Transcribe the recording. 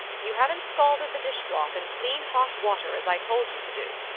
you haven't scalded the dishcloth in clean hot water as i told you to do,